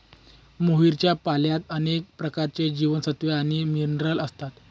मोहरीच्या पाल्यात अनेक प्रकारचे जीवनसत्व आणि मिनरल असतात